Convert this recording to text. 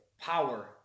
power